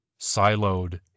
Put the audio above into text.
siloed